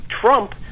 Trump